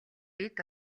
бид